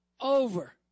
over